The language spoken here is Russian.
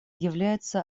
является